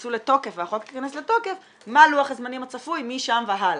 ייכנסו לתוקף והחוק ייכנס לתוקף מה לוח הזמנים הצפוי משם והלאה.